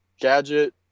gadget